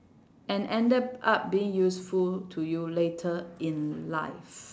and ended up being useful to you later in life